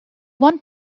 one